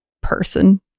person